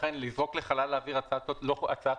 לכן לזרוק לחלל האוויר אמירה שזו הצעת